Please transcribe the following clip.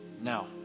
now